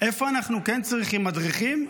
איפה אנחנו כן צריכים מדריכים,